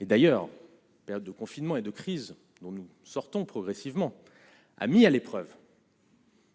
Et d'ailleurs, période de confinement et de crise dont nous sortons progressivement a mis à l'épreuve.